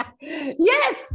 Yes